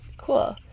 Cool